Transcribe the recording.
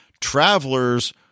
travelers